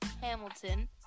Hamilton